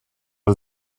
was